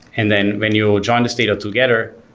and then when you ah join this data together,